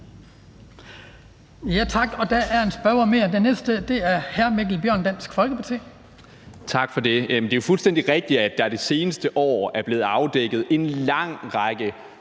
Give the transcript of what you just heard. Tak. Og der er en spørger mere. Den næste er hr. Mikkel Bjørn, Dansk Folkeparti. Kl. 14:40 Mikkel Bjørn (DF): Tak for det. Det er jo fuldstændig rigtigt, at der det seneste år er blevet afdækket en lang række